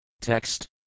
Text